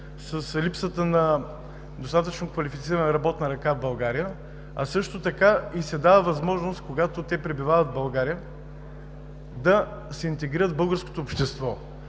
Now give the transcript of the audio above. с липсата на достатъчно квалифицирана работна ръка в България, а също така се дава и възможност, когато те пребивават в България да се интегрират в българското общество.